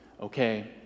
Okay